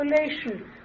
isolation